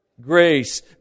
grace